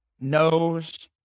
knows